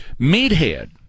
Meathead